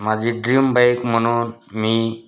माझी dream bike म्हणून मी